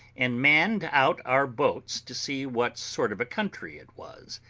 and manned out our boats to see what sort of a country it was.